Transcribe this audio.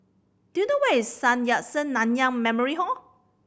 do you know where is Sun Yat Sen Nanyang Memorial Hall